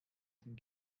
den